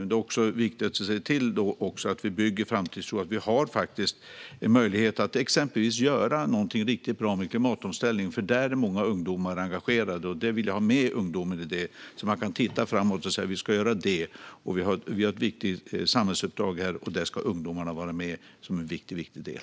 Det är då viktigt att vi bygger framtidstro, exempelvis att vi har möjlighet att göra någonting riktigt bra i frågan om klimatomställningen. Det är en fråga som engagerar många ungdomar, och där vill jag ha med ungdomarna så att vi kan blicka framåt. Vi har ett viktigt samhällsuppdrag här, och i det ska ungdomarna vara med som en riktigt viktig del.